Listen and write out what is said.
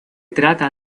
trata